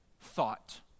thought